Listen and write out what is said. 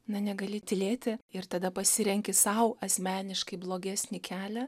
na negali tylėti ir tada pasirenki sau asmeniškai blogesnį kelią